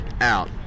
out